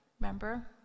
remember